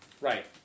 Right